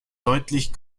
deutlich